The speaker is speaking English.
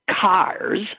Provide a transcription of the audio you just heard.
cars